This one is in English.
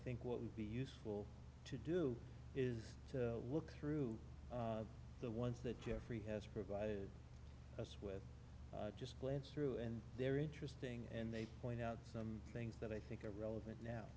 think what would be useful to do is to look through the ones that jeffrey has provided us with just glance through and they're interesting and they point out some things that i think are relevant now